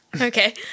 Okay